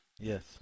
yes